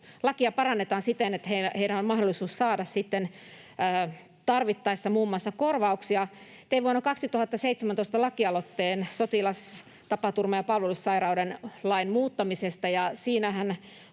lakia parannetaan siten, että heillä on mahdollisuus sitten saada tarvittaessa muun muassa korvauksia. Tein vuonna 2017 lakialoitteen sotilastapaturma- ja palvelussairauslain muuttamisesta.